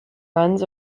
runs